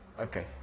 Okay